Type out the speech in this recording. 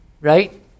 right